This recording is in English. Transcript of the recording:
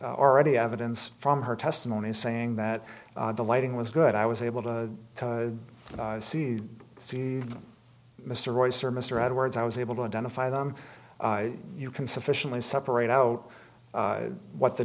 already evidence from her testimony saying that the lighting was good i was able to see see mr royce or mr edwards i was able to identify them you can sufficiently separate out what the